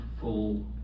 full